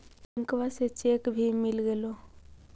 बैंकवा से चेक भी मिलगेलो?